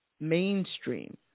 mainstream